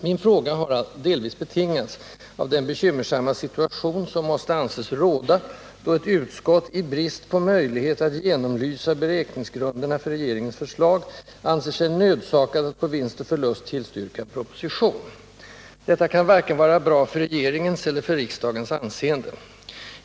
Min fråga har alltså delvis betingats av den bekymmersamma situation som måste anses råda, då ett utskott — i brist på möjlighet att genomlysa beräkningsgrunderna för regeringens förslag — anser sig nödsakat att på vinst och förlust tillstyrka en proposition. Detta kan inte vara bra vare sig för regeringens eller för riksdagens anseende.